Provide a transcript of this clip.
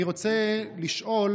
אני רוצה לשאול: